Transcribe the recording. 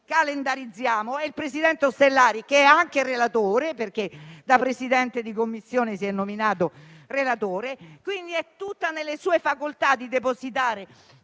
Calendarizziamolo e il presidente Ostellari, che è anche il relatore, perché da Presidente di Commissione si è nominato relatore, ha la facoltà di depositare